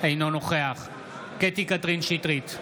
אינו נוכח קטי קטרין שטרית,